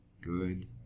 good